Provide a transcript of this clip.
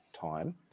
time